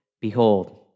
Behold